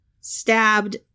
stabbed